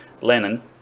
Lenin